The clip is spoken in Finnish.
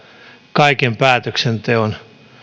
kaiken päätöksenteon